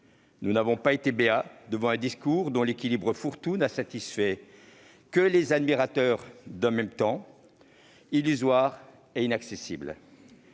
Nous ne sommes pas restés béats devant ce discours, dont l'équilibre fourre-tout n'a satisfait que les admirateurs d'un « en même temps » illusoire et inaccessible.